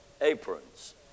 aprons